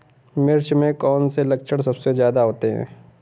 मिर्च में कौन से लक्षण सबसे ज्यादा होते हैं?